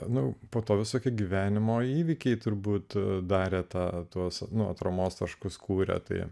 manau po to visokie gyvenimo įvykiai turbūt darė tą tuos nuo atramos taškus kūrė tai